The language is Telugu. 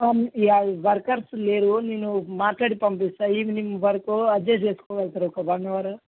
వర్కర్స్ లేరు నేను మాట్లాడి పంపిస్తా ఈవినింగ్ వరకు అడ్జెస్ట్ చేసుకోగలుగుతారా ఒక వన్ అవర్